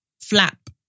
flap